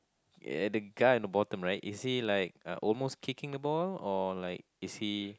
ya the guy at the bottom right is he like v almost kicking the ball or like is he